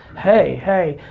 hey, hey,